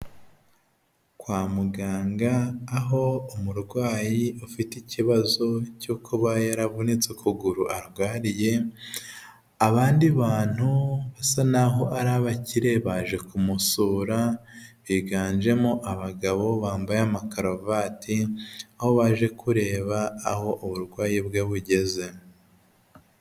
Kwa muganga aho umurwayi ufite ikibazo cyo kuba yaravunitse ukuguru arwariye, abandi bantu basa n'aho ari abakire, baje kumusura, higanjemo abagabo bambaye amakaruvati, aho baje kureba aho uburwayi bwe bugeze.